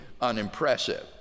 unimpressive